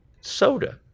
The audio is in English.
soda